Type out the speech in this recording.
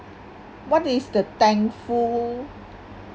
what is the thankful